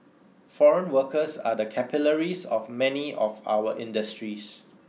foreign workers are the capillaries of many of our industries